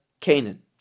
canaan